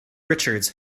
richards